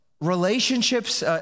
relationships